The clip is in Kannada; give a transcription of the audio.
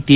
ಟಿ